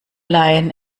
leihen